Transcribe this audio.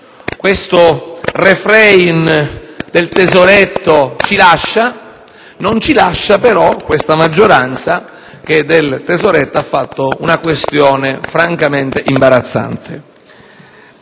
questo *refrain* del tesoretto ci lascia. Non ci lascia però questa maggioranza che del tesoretto ha fatto una questione francamente imbarazzante.